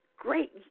great